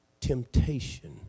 temptation